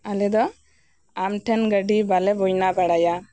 ᱟᱞᱮ ᱫᱚ ᱟᱢᱴᱷᱮᱱ ᱜᱟᱹᱰᱤ ᱵᱟᱞᱮ ᱵᱟᱭᱱᱟ ᱵᱟᱲᱟᱭᱟ